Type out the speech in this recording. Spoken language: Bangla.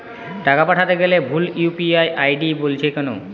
টাকা পাঠাতে গেলে ভুল ইউ.পি.আই আই.ডি বলছে কেনো?